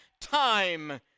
time